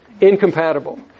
Incompatible